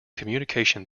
communication